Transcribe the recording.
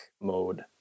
mode